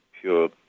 pure